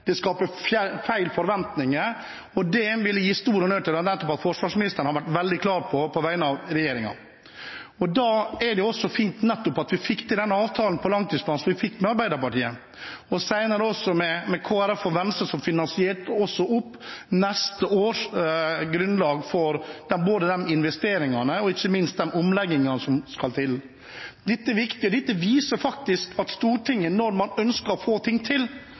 Det skaper en falsk trygghet. Det skaper feil forventninger. Og jeg vil gi stor honnør til forsvarsministeren for på vegne av regjeringen nettopp å ha vært veldig klar på det. Det er fint at vi fikk til en avtale om langtidsplanen med Arbeiderpartiet, og senere også med Kristelig Folkeparti og Venstre, som finansierte opp også neste års grunnlag for både de investeringene og ikke minst de omleggingene som skal til. Dette er viktig, og det viser at Stortinget, når man ønsker å få ting til,